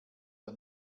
der